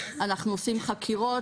אנחנו עושים חקירות.